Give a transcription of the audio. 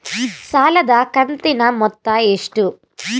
ಸಾಲದ ಕಂತಿನ ಮೊತ್ತ ಎಷ್ಟು?